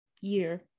year